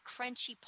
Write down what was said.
crunchy